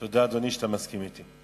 תודה, אדוני, שאתה מסכים אתי.